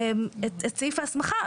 את סעיף ההסכמה.